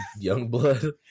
Youngblood